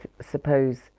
suppose